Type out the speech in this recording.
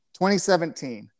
2017